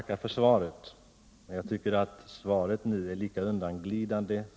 Herr talman!